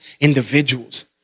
individuals